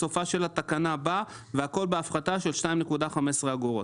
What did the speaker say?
בסופה של התקנה בא "והכול בהפחתה של 2.15 אגורות".